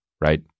right